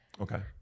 Okay